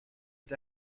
and